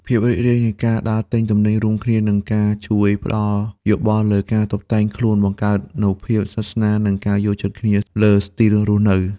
ភាពរីករាយនៃការដើរទិញទំនិញរួមគ្នា និងការជួយផ្ដល់យោបល់លើការតុបតែងខ្លួន បង្កើននូវភាពស្និទ្ធស្នាល និងការយល់ចិត្តគ្នាលើស្ទីលរស់នៅ។